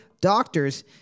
doctors